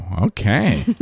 Okay